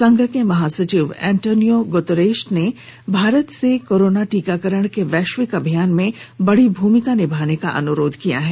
संघ के महासचिव एंटोनियो गुतरश ने भारत से कोरोना टीकाकरण के वैश्विक अभियान में बड़ी भूमिका निभाने का अनुरोध किया है